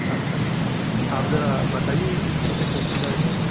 اچھا اچھا آپ ذرا بتائیے اس میں سے کون سی گاڑی ہے وہ